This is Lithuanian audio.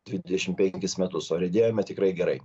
dvidešim penkis metus o riedėjome tikrai gerai